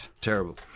Terrible